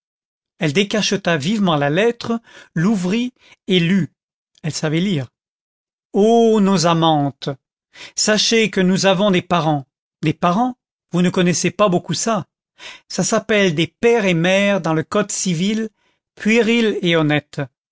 elle décacheta vivement la lettre l'ouvrit et lut elle savait lire ô nos amantes sachez que nous avons des parents des parents vous ne connaissez pas beaucoup ça ça s'appelle des pères et mères dans le code civil puéril et honnête